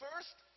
First